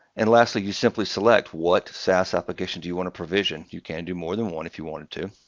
and lastly, you simply select what saas application do you want to provision. you can do more than one if you wanted to.